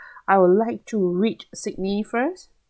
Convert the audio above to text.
I would like to reach sydney first